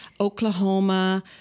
Oklahoma